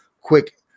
quick